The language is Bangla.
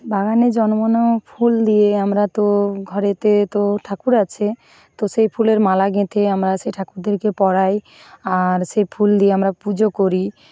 বাগানে জন্ম নেওয়া ফুল দিয়ে আমরা তো ঘরেতে তো ঠাকুর আছে তো সেই ফুলের মালা গেঁথে আমরা সে ঠাকুরদেরকে পরাই আর সে ফুল দিয়ে আমরা পুজো করি